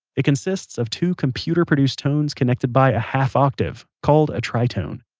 it consists of two computer-produced tones connected by a half-octave, called a tritone